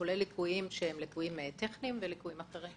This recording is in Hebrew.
כולל ליקויים טכניים וליקוים אחרים.